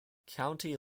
county